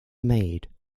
made